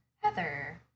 Heather